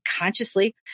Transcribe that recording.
consciously